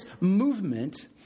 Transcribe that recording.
movement